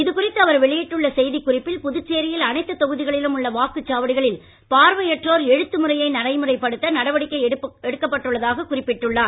இதுகுறித்து அவர் வெளியிட்டுள்ள செய்திக்குறிப்பில் புதுச்சேரியில் அனைத்து தொகுதிகளிலும் உள்ள வாக்குச்சாவடிகளில் பார்வையற்றோர் எழுத்து முறையை நடைமுறைப்படுத்த நடவடிக்கை எடுக்கப்பட்டுள்ளதாக தெரிவித்தார்